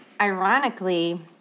ironically